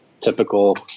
typical